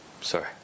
Sorry